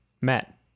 met